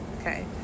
Okay